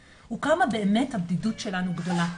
הוא כמה באמת הבדידות שלנו גדולה.